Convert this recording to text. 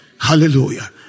Hallelujah